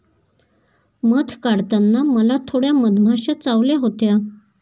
मध काढताना मला थोड्या मधमाश्या चावल्या होत्या